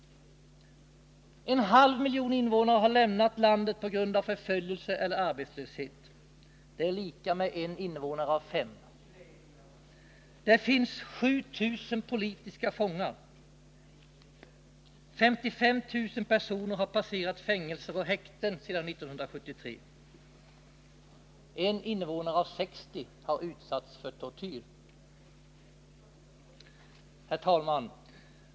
En halv miljon invånare har lämnat landet på grund av förföljelse eller arbetslöshet — det är I innevånare av 5. Det finns 7 000 politiska fångar, 55 000 personer har passerat fängelser och häkten sedan 1973, och 1 innevånare av 60 har utsatts för tortyr. Herr talman!